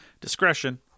Discretion